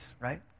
right